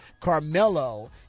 Carmelo